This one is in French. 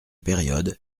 période